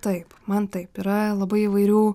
taip man taip yra labai įvairių